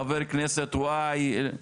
חבר הכנסת Y,